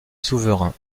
souverain